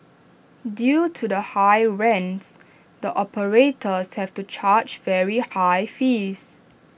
due to the high rents the operators have to charge very high fees